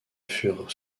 furent